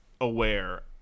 aware